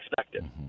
expected